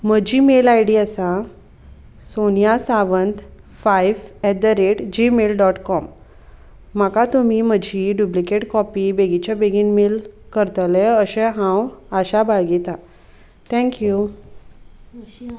म्हजी mail I D आसा Sonia Sawant five eight the rate Gmail dot com म्हाका तुमी म्हजी डुप्लिकेट कॉपी बेगीच्या बेगीन मेल करतले अशें हांव आशा बाळगतां थँक्यू